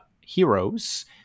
heroes